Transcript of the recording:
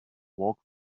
walk